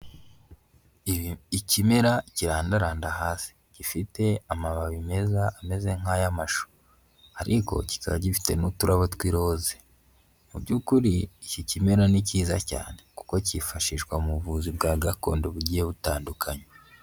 Ikimera kirandaranda hasi gifite amababi meza ameze nk'ayo amashu, ariko kikaba gifite n'uturabo tw'iroze, mu by'ukuri iki kimera ni cyiza cyane kuko cyifashishwa mu buvuzi bwa gakondo bugiye butandukanye.